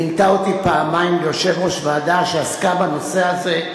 מינתה אותי פעמיים ליושב-ראש ועדה שעסקה בנושא הזה,